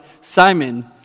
Simon